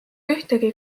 ühtegi